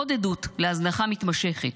עוד עדות להזנחה מתמשכת.